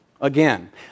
Again